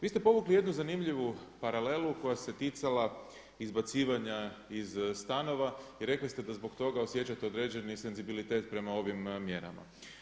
Vi ste povukli jednu zanimljivu paralelu koja se ticala izbacivanja iz stanova i rekli ste da zbog toga osjećate određeni senzibilitet prema ovim mjerama.